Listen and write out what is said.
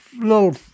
little